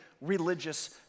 religious